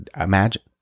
imagine